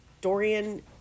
Dorian